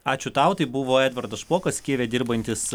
ačiū tau tai buvo edvardas špokas kijeve dirbantis